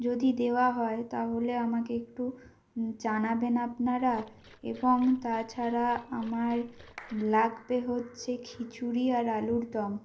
যদি দেওয়া হয় তাহলে আমাকে একটু জানাবেন আপনারা এবং তাছাড়া আমার লাগবে হচ্ছে খিচুড়ি আর আলুর দম